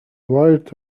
wired